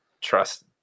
trust